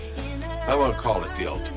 i wanna call it the ah